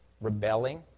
rebelling